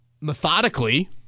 methodically